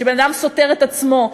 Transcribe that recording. שבן-אדם סותר את עצמו,